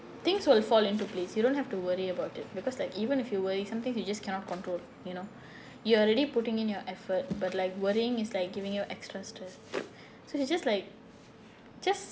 things will fall into place you don't have to worry about it because like even if you worry somethings you just cannot control you know you already putting in your effort but like worrying is like giving you extra stress so you just like just